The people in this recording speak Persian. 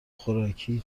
خوراکی